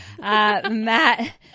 Matt